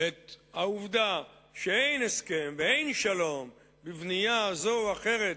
את העובדה שאין הסכם ואין שלום בבנייה זו או אחרת,